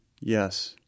Yes